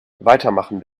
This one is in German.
weitermachen